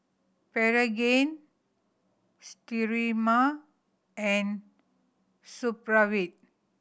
Pregain Sterimar and Supravit